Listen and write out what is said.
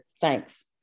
Thanks